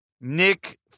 Nick